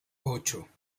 ocho